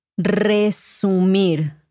resumir